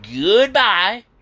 goodbye